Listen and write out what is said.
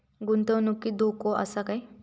गुंतवणुकीत धोको आसा काय?